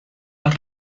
las